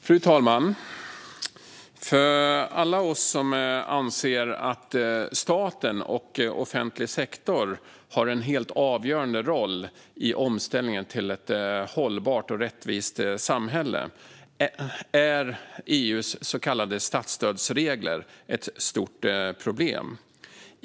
Fru talman! För alla oss som anser att staten och den offentliga sektorn har en helt avgörande roll i omställningen till ett hållbart och rättvist samhälle är EU:s så kallade statsstödsregler ett stort problem.